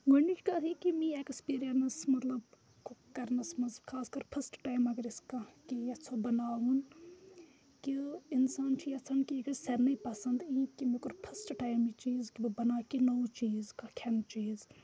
گۄڈٕنِچ کَتھ یہِ کہِ میٛٲنۍ اٮ۪کٕسپیٖریَنٕس مطلب کُک کَرنَس منٛز خاص کَر فٔسٹ ٹایم اگر أسۍ کانٛہہ کہِ یَژھو بَناوُن کہِ اِنسان چھُ یَژھان کہِ یہِ گژھِ سارنٕے پَسنٛد یِنۍ کہِ مےٚ کوٚر فٔسٹ ٹایم یہِ چیٖز کہِ بہٕ بَناو کہِ نوٚو چیٖز کانٛہہ کھٮ۪نہٕ چیٖز